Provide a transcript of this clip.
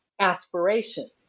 Aspirations